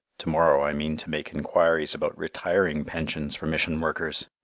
to-morrow i mean to make enquiries about retiring pensions for mission workers!